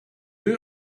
you